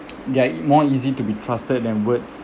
they are ea~ more easy to be trusted than words